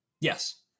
Yes